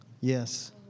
Yes